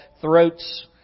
Throats